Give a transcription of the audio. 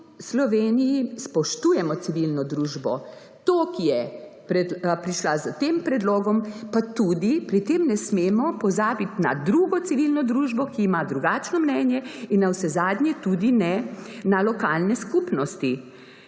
Sloveniji spoštujemo civilno družbo, to, ki je prišla s tem predlogom. Pa tudi ne smemo pozabiti na drugo civilno družbo, ki ima drugačno mnenje, in navsezadnje tudi ne na lokalne skupnosti.